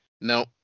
No